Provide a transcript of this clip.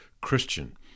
Christian